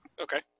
Okay